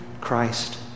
Christ